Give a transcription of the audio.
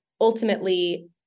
ultimately